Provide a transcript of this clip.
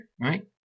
Right